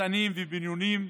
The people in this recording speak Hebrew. קטנים ובינוניים.